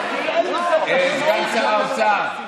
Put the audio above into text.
עכשיו,